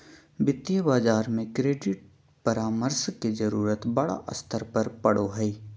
वित्तीय बाजार में क्रेडिट परामर्श के जरूरत बड़ा स्तर पर पड़ो हइ